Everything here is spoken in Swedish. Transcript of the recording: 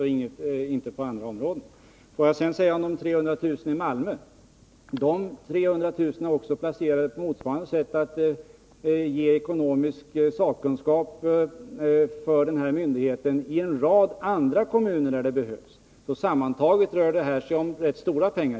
Egon Jacobsson sade att de särskilda medel som kronofogdemyndigheten i Malmö disponerar endast uppgår till 300 000 kr. Myndigheten har emellertid tillgång till motsvarande ekonomisk resurs i en rad andra kommuner också. Sammantaget rör det sig därför om rätt stora pengar.